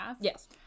Yes